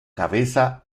cabeza